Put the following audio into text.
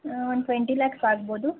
ಒಂದು ಟ್ವೆಂಟಿ ಲ್ಯಾಕ್ಸ್ ಆಗ್ಬೋದು